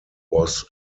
was